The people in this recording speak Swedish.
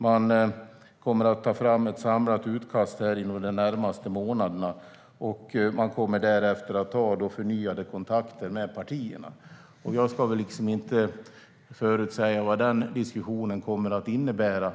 Där kommer man inom de närmaste månaderna att ta fram ett samlat utkast. Därefter kommer förnyade kontakter att tas med partierna. Jag ska inte förutsäga vad den diskussionen kommer att innebära.